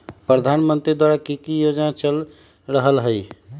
प्रधानमंत्री द्वारा की की योजना चल रहलई ह?